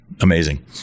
Amazing